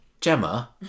Gemma